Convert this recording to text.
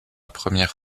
première